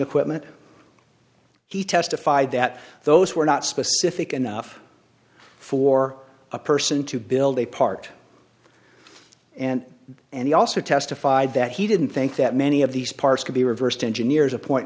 equipment he testified that those were not specific enough for a person to build a part and and he also testified that he didn't think that many of these parts could be reversed engineers a point